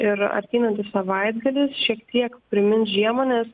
ir ateinantis savaitgalis šiek tiek primins žiemą nes